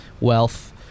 wealth